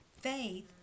Faith